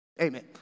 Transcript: amen